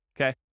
Okay